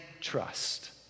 trust